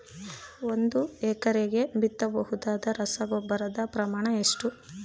ಒಂದು ಎಕರೆಗೆ ಬಿತ್ತಬಹುದಾದ ರಸಗೊಬ್ಬರದ ಪ್ರಮಾಣ ಎಷ್ಟು?